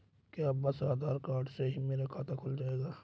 क्या बस आधार कार्ड से ही मेरा खाता खुल जाएगा?